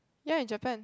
ya in Japan